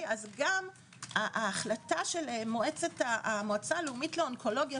גם ההחלטה של המועצה הלאומית לאונקולוגיה,